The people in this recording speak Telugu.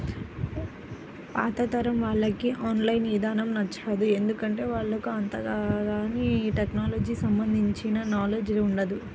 పాతతరం వాళ్లకి ఆన్ లైన్ ఇదానం నచ్చదు, ఎందుకంటే వాళ్లకు అంతగాని టెక్నలజీకి సంబంధించిన నాలెడ్జ్ ఉండదు